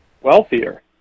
wealthier